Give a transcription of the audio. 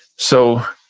so,